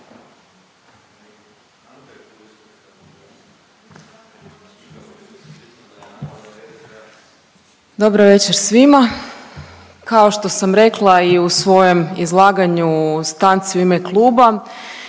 Dobro veče svima. Kao što sam rekla i u svojem izlaganju u stanci u ime kluba,